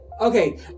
okay